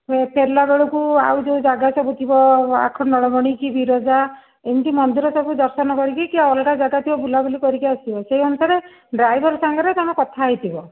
ସେ ଫେରିଲା ବେଳକୁ ଆଉ ଯେଉଁ ଜାଗା ସବୁ ଥିବ ଆଖଣ୍ଡଳମଣି କି ବିରଜା ଏମିତି ମନ୍ଦିର ସବୁ ଦର୍ଶନ କରିକି କି ଅଲଗା ଜାଗା ଥିବ ବୁଲାବୁଲି କରିକି ଆସିବ ସେହି ଅନୁସାରେ ଡ୍ରାଇଭର ସାଙ୍ଗରେ ତୁମେ କଥା ହୋଇଥିବ